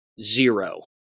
Zero